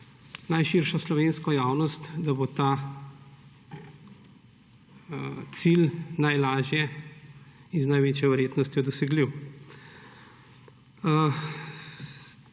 najširšo slovensko javnost, da bo ta cilj najlažje in z največjo verjetnostjo dosegljiv.